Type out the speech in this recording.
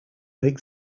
lake